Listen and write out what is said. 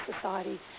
society